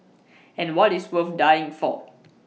and what is worth dying for